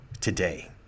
today